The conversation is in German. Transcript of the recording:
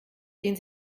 den